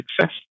success